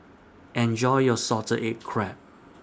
Enjoy your Salted Egg Crab